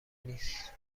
نیست